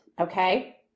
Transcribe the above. Okay